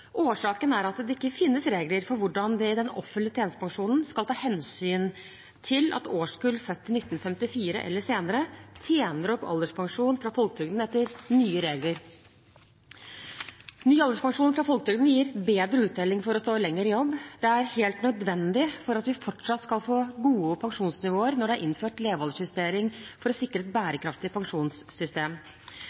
Årsaken er at det ikke finnes regler for hvordan det i den offentlige tjenestepensjonen skal tas hensyn til at årskull født i 1954 eller senere tjener opp alderspensjon fra folketrygden etter nye regler. Ny alderspensjon fra folketrygden gir bedre uttelling for å stå lenger i jobb. Det er helt nødvendig for at vi fortsatt skal få gode pensjonsnivåer når det er innført levealderjustering for å sikre et bærekraftig pensjonssystem.